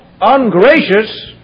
ungracious